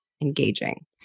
Engaging